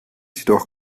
jedoch